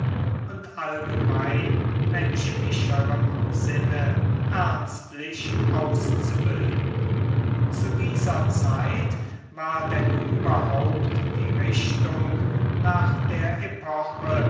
und allgemein menschlicherem sinne ernstlich auszubilden zu dieser zeit war denn überhaupt die richtung nach der epoche